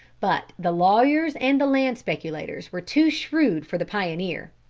but the lawyers and the land speculators were too shrewd for the pioneer.